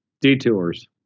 detours